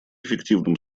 эффективным